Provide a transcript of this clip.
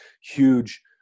huge